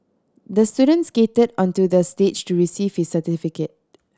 the student skated onto the stage to receive his certificate